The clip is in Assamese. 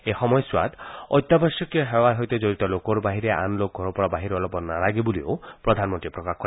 এই সময়ছোৱাত অত্যাৱশ্যকীয় সেৱাৰ সৈতে জড়িত লোকৰ বাহিৰে আন লোক ঘৰৰ পৰা বাহিৰ ওলাব নালাগে বুলিও প্ৰধানমন্ত্ৰীয়ে প্ৰকাশ কৰে